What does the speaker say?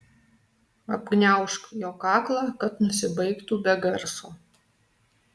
apgniaužk jo kaklą kad nusibaigtų be garso